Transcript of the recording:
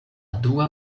dua